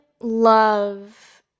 love